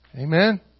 Amen